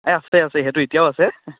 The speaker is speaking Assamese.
এই আছে আছে সেইটো এতিয়াও আছে